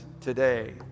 today